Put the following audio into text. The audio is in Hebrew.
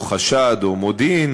חשד או מודיעין,